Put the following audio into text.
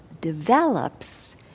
develops